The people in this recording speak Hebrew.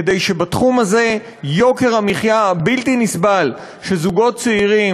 כדי שבתחום הזה יוקר המחיה הבלתי-נסבל שזוגות צעירים,